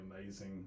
amazing